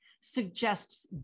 suggests